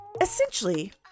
Essentially